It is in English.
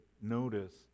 notice